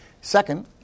Second